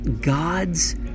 God's